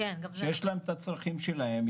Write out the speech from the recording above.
שיש להן את הצרכים שלהן,